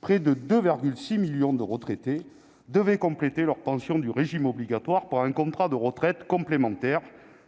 près de 2,6 millions de retraités devaient compléter leur pension du régime obligatoire par un contrat de retraite complémentaire,